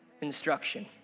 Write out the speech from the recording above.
instruction